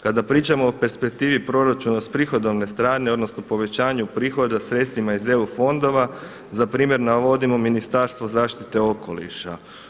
Kada pričamo o perspektivi proračuna s prihodovne strane odnosno povećanju prihoda sredstvima iz EU fondova, za primjer navodimo Ministarstvo zaštite okoliša.